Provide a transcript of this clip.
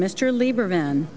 mr lieberman